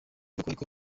avuga